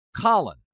Colin